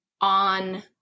on